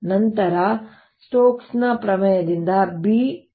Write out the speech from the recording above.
ನಂತರ ನಾನು ಸ್ಟೋಕ್ಸ್stoke'sನ ಪ್ರಮೇಯದಿಂದ B